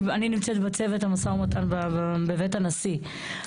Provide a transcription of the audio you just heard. אני נמצאת בצוות המשא ומתן בבית הנשיא,